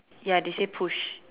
ya they say push